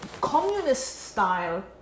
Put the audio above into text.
communist-style